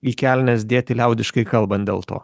į kelnes dėti liaudiškai kalbant dėl to